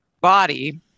body